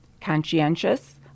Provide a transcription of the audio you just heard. conscientious